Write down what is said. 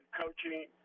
coaching